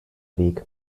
weg